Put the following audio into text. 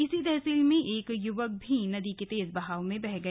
इसी तहसील में एक युवक भी नदी के तेज बहाव में बह गया